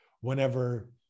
Whenever